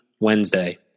Wednesday